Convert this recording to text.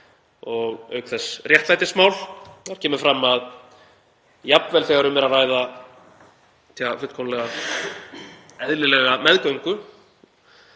auk þess réttlætismál. Þar kemur fram að jafnvel þegar um er að ræða fullkomlega eðlilega meðgöngu